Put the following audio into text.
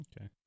Okay